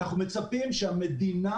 אנחנו מצפים שהמדינה,